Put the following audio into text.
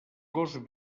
gos